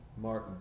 martin